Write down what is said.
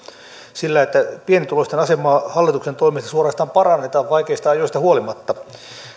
sillä pienituloisten asemaa hallituksen toimesta suorastaan parannetaan vaikeista ajoista huolimatta